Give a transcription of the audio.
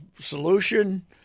solution